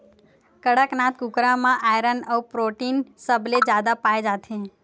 कड़कनाथ कुकरा म आयरन अउ प्रोटीन सबले जादा पाए जाथे